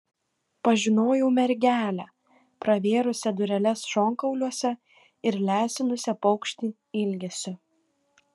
pažinojau mergelę pravėrusią dureles šonkauliuose ir lesinusią paukštį ilgesiu